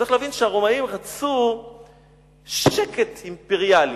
צריך להבין שהרומאים רצו שקט אימפריאלי.